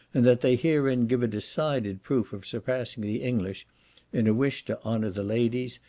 and that they herein give a decided proof of surpassing the english in a wish to honour the ladies,